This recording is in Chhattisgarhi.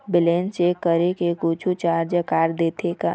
बैलेंस चेक करें कुछू चार्ज काट देथे?